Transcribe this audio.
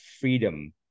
freedom